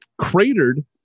cratered